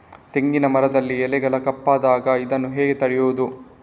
ತೆಂಗಿನ ಮರದಲ್ಲಿ ಎಲೆಗಳು ಕಪ್ಪಾದಾಗ ಇದನ್ನು ಹೇಗೆ ತಡೆಯುವುದು?